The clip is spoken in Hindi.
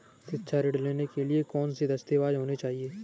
शिक्षा ऋण के लिए कौन कौन से दस्तावेज होने चाहिए?